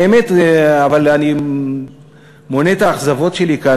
באמת, אבל, אני מונה את האכזבות שלי כאן.